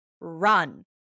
run